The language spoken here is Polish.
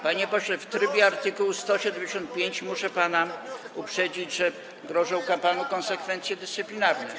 Panie pośle, w trybie art. 175 muszę pana uprzedzić, że grożą panu konsekwencje dyscyplinarne.